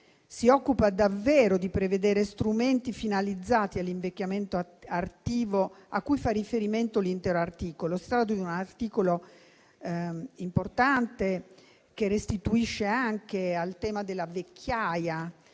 si occupa davvero di prevedere strumenti finalizzati all'invecchiamento attivo, cui fa riferimento l'intero articolo. Si tratta di un articolo importante, che restituisce al tema della vecchiaia